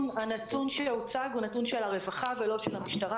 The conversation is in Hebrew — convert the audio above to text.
הנתון שהוצג הוא נתון של הרווחה ולא של המשטרה.